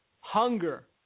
Hunger